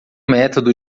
método